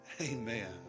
Amen